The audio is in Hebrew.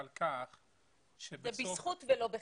זה בזכות ולא בחסד.